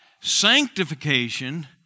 sanctification